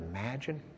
imagine